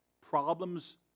problems